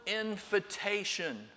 invitation